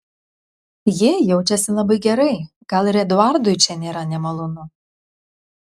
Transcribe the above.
ji jaučiasi labai gerai gal ir eduardui čia nėra nemalonu